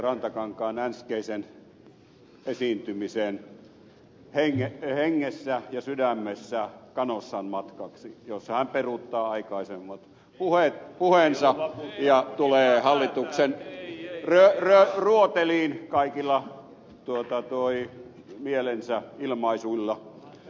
rantakankaan äskeisen esiintymisen hengessä ja sydämessä canossan matkaksi jossa hän peruuttaa aikaisemmat puheensa ja tulee hallituksen ruoteliin kaikilla mielensä ilmaisuilla